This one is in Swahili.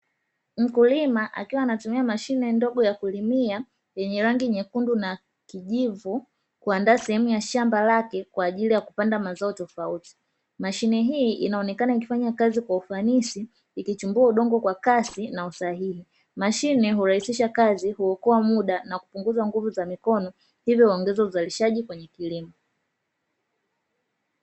Mkulima akiwa anatumia mashine ndogo ya kulimia, yenye rangi nyekundu na kijivu, kuandaa sehemu ya shamba lake kwa ajili ya kupanda mazao tofauti. Mashine hii inaonekana ikifanya kazi kwa ufanisi, ikichimbua udongo kwa kasi na usahihi. Mashine hurahisisha kazi, huokoa muda na kupunguza nguvu za mikono, hivyo huongeza uzalishaji kwenye kilimo.